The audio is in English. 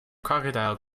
crocodile